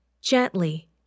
Gently